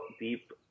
deep